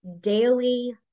daily